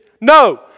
No